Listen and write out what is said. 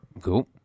Cool